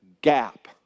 gap